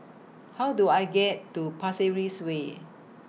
How Do I get to Pasir Ris Way